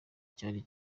cyari